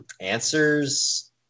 answers